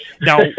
Now